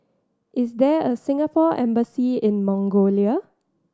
is there a Singapore Embassy in Mongolia